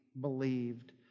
believed